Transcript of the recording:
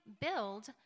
build